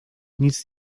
nic